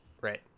Right